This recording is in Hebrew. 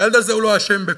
והילד הזה לא אשם בכלום.